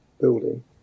building